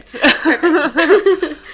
Perfect